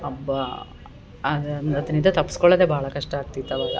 ಅಬ್ಬಾ ಅದು ಅದರಿಂದ ತಪ್ಪಿಸ್ಕೊಳೊದೆ ಭಾಳ ಕಷ್ಟ ಆಗ್ತಿತ್ತು ಆವಾಗ